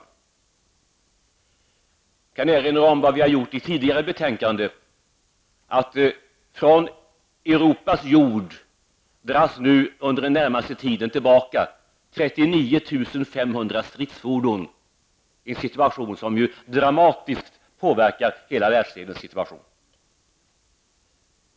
Jag kan erinra om vad utskottet har skrivit i tidigare betänkanden. Från Europas jord dras under den närmaste tiden tillbaka 39 500 stridsfordon, något som dramatiskt påverkar hela världsdelens situation.